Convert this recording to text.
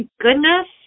goodness